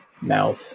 mouth